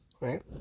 right